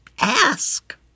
Ask